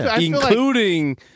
including